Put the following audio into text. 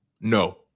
No